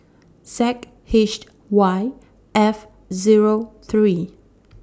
Z H Y F Zero three